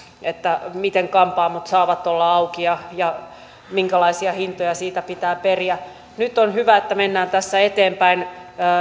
miten kampaamot saavat olla auki ja ja minkälaisia hintoja siitä pitää periä nyt on hyvä että mennään tässä eteenpäin